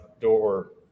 door